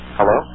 Hello